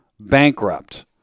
bankrupt